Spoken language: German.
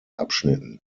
abschnitten